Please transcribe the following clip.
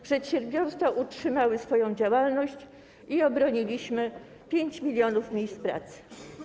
Przedsiębiorstwa utrzymały swoją działalność i obroniliśmy 5 mln miejsc pracy.